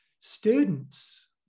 students